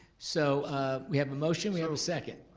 so ah we have a motion, we have a second.